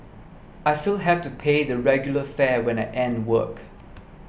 I still have to pay the regular fare when I end work